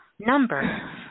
Number